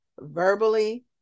verbally